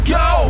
go